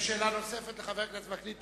שאלה נוספת לחבר הכנסת וקנין.